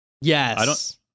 Yes